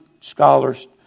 scholars